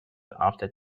after